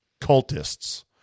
cultists